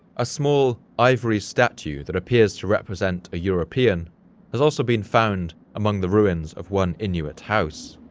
a small ivory statue that appears to represent a european has also been found among the ruins of one inuit house,